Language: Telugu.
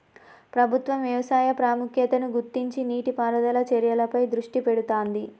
ప్రభుత్వం వ్యవసాయ ప్రాముఖ్యతను గుర్తించి నీటి పారుదల చర్యలపై దృష్టి పెడుతాంది